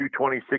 226